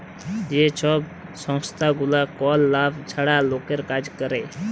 যে ছব সংস্থাগুলা কল লাভ ছাড়া লকের কাজ ক্যরে